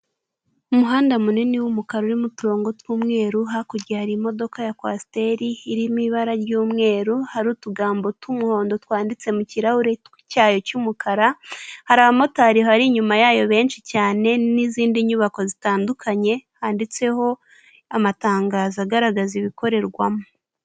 Umuhanda munini w'umukara uririmo uturongo tw'umweru, hakurya hari imodoka ya kwasteri, iri mu ibara ry'umweru hari utugambo tw'umuhondo twanditse mu kirahuri cyayo cy'umukara, hari abamotari bari inyuma yayo benshi cyane n'izindi nyubako zitandukanye handitseho amatangazo agaragaza ibikorerwamo.